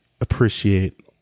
appreciate